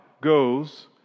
goes